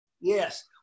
Yes